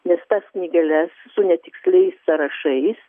nes tas knygeles su netiksliais sąrašais